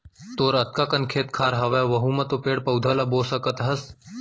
तोर अतका कन खेत खार हवय वहूँ म तो पेड़ पउधा ल बो सकत हस